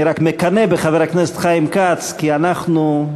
אני רק מקנא בחבר הכנסת חיים כץ, כי אנחנו,